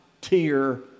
tier